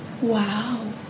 wow